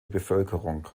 bevölkerung